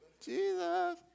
Jesus